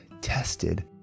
tested